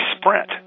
sprint